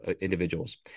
individuals